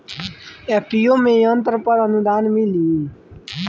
FPO में यंत्र पर आनुदान मिँली?